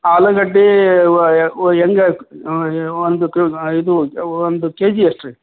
ಆಲೂಗಡ್ಡೆ ಹೆಂಗೆ ಒಂದು ಇದು ಒಂದು ಕೆಜಿ ಎಷ್ಟು ರೀ